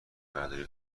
برداری